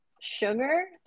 sugar